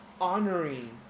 honoring